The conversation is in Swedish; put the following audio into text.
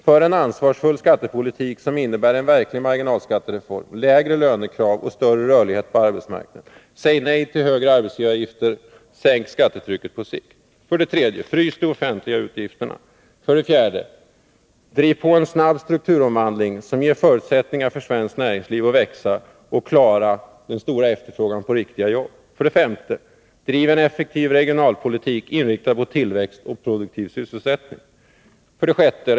För en ansvarsfull skattepolitik som innebär en verklig marginalskattereform, lägre lönekrav och större rörlighet på arbetsmarknaden! Säg nej till högre arbetsgivaravgifter, sänk skattetrycket på sikt! 3. Frys de offentliga utgifterna! 4. Driv på en snabb strukturomvandling som ger förutsättningar för svenskt näringsliv att växa och klara den stora efterfrågan på riktiga jobb! 5. Driv en effektiv regionalpolitik, inriktad på tillväxt och produktiv sysselsättning! 6.